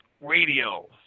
Radio